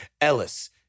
Ellis